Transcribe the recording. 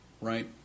right